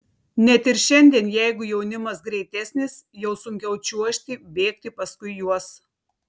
net ir šiandien jeigu jaunimas greitesnis jau sunkiau čiuožti bėgti paskui juos